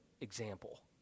example